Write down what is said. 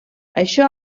això